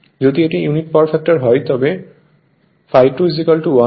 যদি এটি unity power factor হয় তবে ∅ 2 1 ও Sin∅ 2 0 হবে